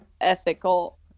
ethical